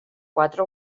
quatre